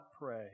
pray